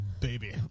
baby